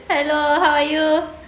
hello how are you